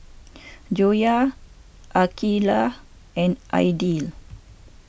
Joyah Aqeelah and Aidil